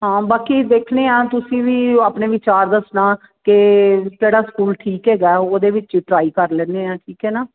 ਹਾਂ ਬਾਕੀ ਦੇਖਦੇ ਹਾਂ ਤੁਸੀਂ ਵੀ ਆਪਣੇ ਵਿਚਾਰ ਦੱਸਣਾ ਕਿ ਕਿਹੜਾ ਸਕੂਲ ਠੀਕ ਹੈਗਾ ਉਹਦੇ ਵਿੱਚ ਹੀ ਟਰਾਈ ਕਰ ਲੈਂਦੇ ਹਾਂ ਠੀਕ ਹੈ ਨਾ